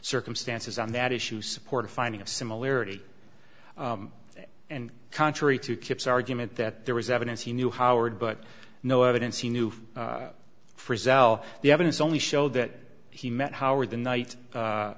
circumstances on that issue support a finding of similarity and contrary to kipps argument that there was evidence he knew howard but no evidence he knew for zel the evidence only show that he met howard the night